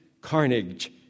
carnage